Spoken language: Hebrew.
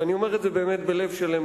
ואני אומר את זה בלב שלם,